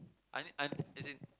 I need I need as in